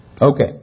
Okay